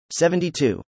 72